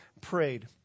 prayed